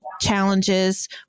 challenges